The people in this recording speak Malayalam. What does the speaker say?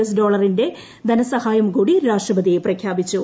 എസ് ഡോളറിന്റെ ധനസഹായം കൂടി രാഷ്ട്രപതി പ്രഖ്യാപിച്ചു